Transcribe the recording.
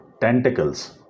tentacles